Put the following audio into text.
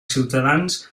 ciutadans